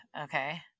Okay